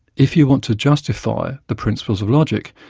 if you want to justify the principles of logic,